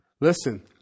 Listen